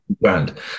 brand